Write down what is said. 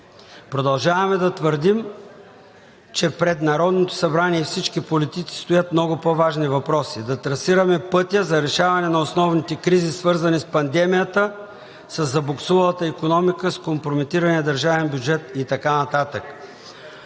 Продължаваме да твърдим, че пред Народното събрание и всички политици стоят много по-важни въпроси – да трасираме пътя за решаване на основните кризи, свързани с пандемията, със забуксувалата икономика, с компрометирания държавен бюджет и така